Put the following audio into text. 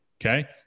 Okay